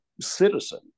Citizen